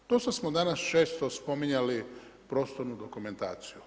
Dosta smo danas, često spominjali prostornu dokumentaciju.